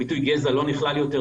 הביטוי "גזע" לא נכלל יותר,